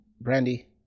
Brandy